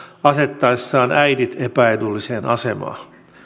asettaessaan äidit epäedulliseen asemaan